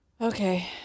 Okay